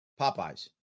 Popeyes